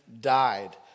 died